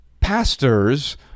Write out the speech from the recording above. pastors—